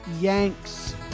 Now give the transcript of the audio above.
Yanks